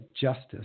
justice